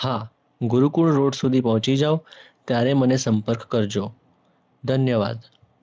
હા ગુરુકુળ રોડ સુધી પહોંચી જાવ ત્યારે મને સંપર્ક કરજો ધન્યવાદ